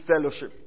fellowship